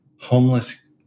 homeless